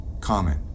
comment